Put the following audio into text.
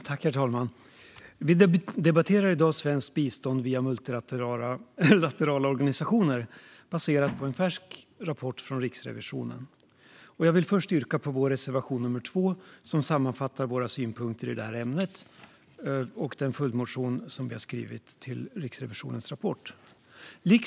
Herr talman! Vi debatterar i dag svenskt bistånd via multilaterala organisationer, baserat på en färsk rapport från Riksrevisionen. Jag vill först yrka bifall till vår reservation nummer 2, som sammanfattar våra synpunkter i det här ämnet och den följdmotion vi skrivit till Riksrevisionens rapport.